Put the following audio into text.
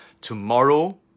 tomorrow